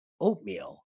oatmeal